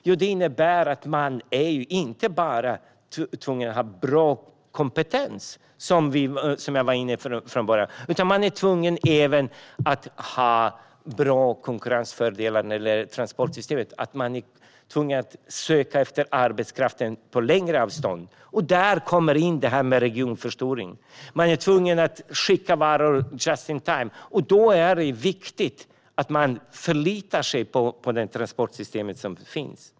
Jo, det innebär att man inte bara är tvungen att ha bra kompetens, som jag var inne på från början, utan man är även tvungen att ha bra konkurrensfördelar när det gäller transportsystemet. Man är tvungen att söka efter arbetskraften på längre avstånd, och där kommer det här med regionförstoring in. Man är tvungen att producera och skicka varor enligt just in time-konceptet, och då är det viktigt att man kan förlita sig på det transportsystem som finns.